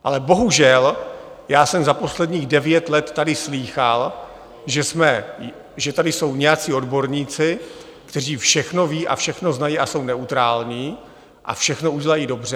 Ale bohužel, já jsem za posledních devět let tady slýchal, že tady jsou nějací odborníci, kteří všechno vědí, všechno znají, jsou neutrální a všechno udělají dobře.